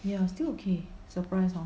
ya still okay surprise hor